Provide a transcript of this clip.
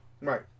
Right